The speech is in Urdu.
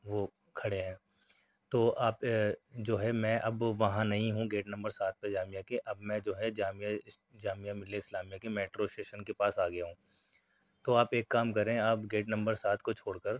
وہ کھڑے ہیں تو آپ جو ہے میں اب وہاں نہیں ہوں گیٹ نمبر سات پہ جامعہ کے اب میں جو ہے جامعہ جامعہ ملیہ اسلامیہ کے میٹرو اسٹیشن کے پاس آگیا ہوں تو آپ ایک کام کریں آپ گیٹ نمبر سات کو چھوڑ کر